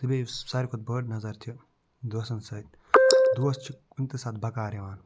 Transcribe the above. تہٕ بیٚیہِ یُس ساروی کھۄتہٕ بٔڑ نظر چھِ دوستَن سۭتۍ دوس چھِ کُنہِ تہِ ساتہٕ بکار یِوان